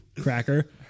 cracker